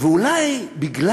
ואולי משום